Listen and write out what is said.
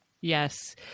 Yes